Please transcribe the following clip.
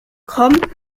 kommt